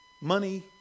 money